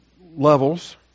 levels